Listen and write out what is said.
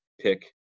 pick